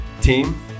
team